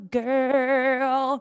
girl